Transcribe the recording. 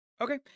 Okay